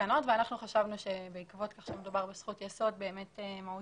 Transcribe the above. בתקנות ואנחנו חשבנו שמאחר שמדובר בזכות יסוד מהותית,